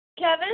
Kevin